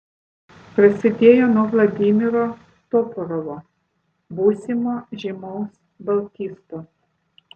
prasidėjo nuo vladimiro toporovo būsimo žymaus baltisto